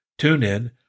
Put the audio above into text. TuneIn